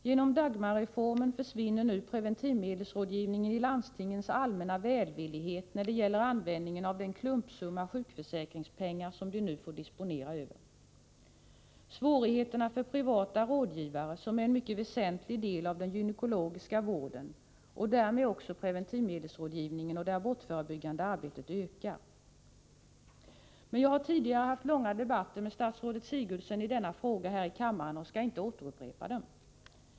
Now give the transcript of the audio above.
Genom Dagmarreformen försvinner nu preventivmedelsrådgivningen, i landstingens allmänna välvillighet när det gäller användningen av den klumpsumma av sjukförsäkringspengar som de nu får disponera över. Svårigheterna för privata rådgivare, som är en mycket väsentlig del av den gynekologiska vården och därmed också preventivmedelsrådgivningen och det abortförebyggande arbetet, ökar. Men jag har tidigare haft långa debatter med statsrådet Sigurdsen i denna fråga här i kammaren och skall inte återupprepa dem.